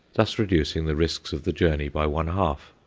thus reducing the risks of the journey by one-half.